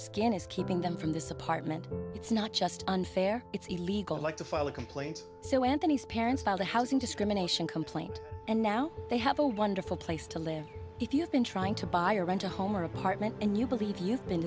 skin is keeping them from this apartment it's not just unfair it's illegal like to file a complaint so anthony's parents filed a housing discrimination complaint and now they have a wonderful place to live if you've been trying to buy or rent a home or apartment and you believe you've been